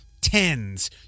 Tens